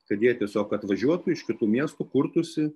kad jie tiesiog atvažiuotų iš kitų miestų kurtųsi